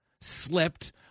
slipped